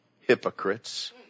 hypocrites